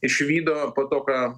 išvydo po to ką